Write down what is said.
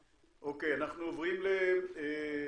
אוקיי, מרב,